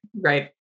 Right